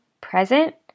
present